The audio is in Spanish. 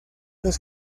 los